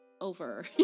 over